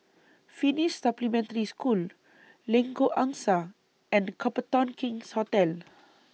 Finnish Supplementary School Lengkok Angsa and Copthorne King's Hotel